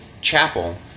chapel